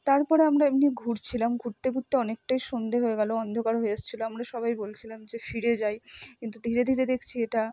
তার পরে আমরা এমনি ঘুরছিলাম ঘুরতে ঘুরতে অনেকটাই সন্ধ্যে হয়ে গেল অন্ধকার হয়ে এসেছিল আমরা সবাই বলছিলাম যে ফিরে যাই কিন্তু ধীরে ধীরে দেখছি এটা